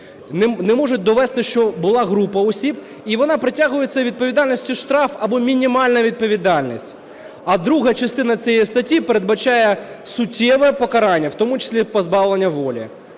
не можуть довести, що була група осіб. І вона притягується до відповідальності: штраф або мінімальна відповідальність. А друга частина цієї статті передбачає суттєве покарання, в тому числі і позбавлення волі.